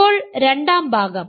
ഇപ്പോൾ രണ്ടാം ഭാഗം